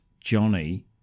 Johnny